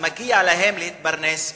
מגיע להם להתפרנס בכבוד.